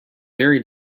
very